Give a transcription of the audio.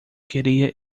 queria